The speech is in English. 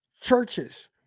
churches